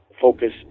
Focus